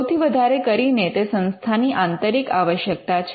સૌથી વધારે કરીને તે સંસ્થાની આંતરિક આવશ્યકતા છે